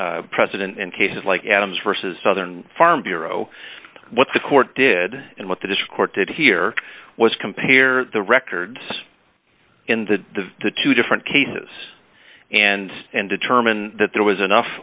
t in cases like adams versus southern farm bureau what the court did and what this court did here was compare the records in the two different cases and and determine that there was enough